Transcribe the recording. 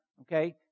okay